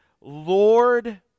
lord